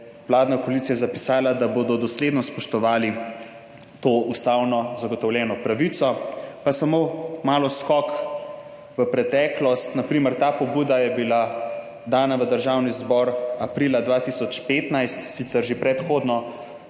jevladna koalicija zapisala, da bodo dosledno spoštovali to ustavno zagotovljeno pravico. Pa samo malo skočimo v preteklost. Ta pobuda je bila na primer dana v Državni zbor aprila 2015, sicer že predhodno,